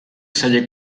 celler